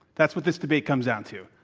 that's what this debate comes out to,